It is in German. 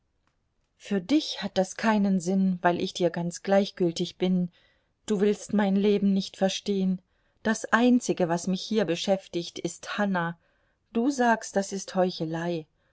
für dich hat das keinen sinn weil ich dir ganz gleichgültig bin du willst mein leben nicht verstehen das einzige was mich hier beschäftigt ist hanna du sagst das ist heuchelei